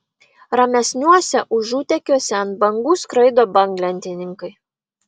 ramesniuose užutekiuose ant bangų skraido banglentininkai